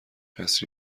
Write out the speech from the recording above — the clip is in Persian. قصری